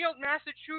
Massachusetts